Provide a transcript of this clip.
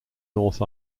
north